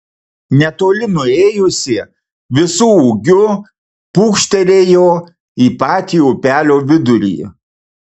netoli nuėjusi visu ūgiu pūkštelėjo į patį upelio vidurį